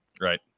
Right